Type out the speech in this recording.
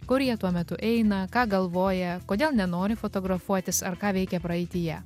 kur jie tuo metu eina ką galvoja kodėl nenori fotografuotis ar ką veikė praeityje